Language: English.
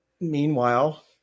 Meanwhile